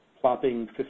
plopping